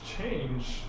change